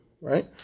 right